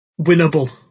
winnable